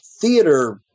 theater